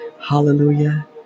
hallelujah